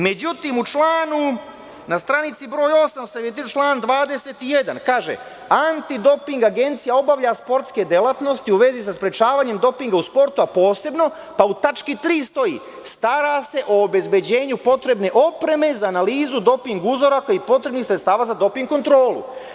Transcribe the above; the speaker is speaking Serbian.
Međutim, na strani broj 8, član 21. kaže – Antidoping agencija obavlja sportske delatnosti u vezi sa sprečavanjem dopinga u sportu, pa u tački 3. stoji – stara se o obezbeđenju potrebne opreme za analizu doping uzoraka i potrebnih sredstava za doping kontrolu.